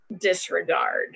disregard